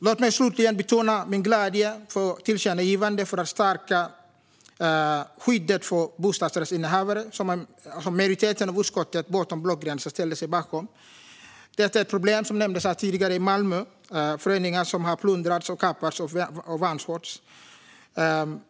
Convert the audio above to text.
Låt mig slutligen betona min glädje över tillkännagivandet för att stärka skyddet för bostadsrättsinnehavare, vilket en majoritet i utskottet bortom blockgränser ställde sig bakom. Detta är ett problem i Malmö, som nämndes här tidigare. Det är föreningar som har plundrats, kapats och vanskötts.